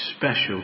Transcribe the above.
special